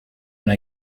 una